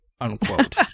unquote